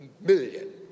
million